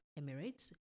Emirates